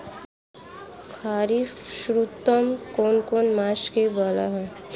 খারিফ মরশুম কোন কোন মাসকে বলা হয়?